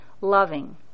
loving